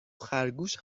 خرگوش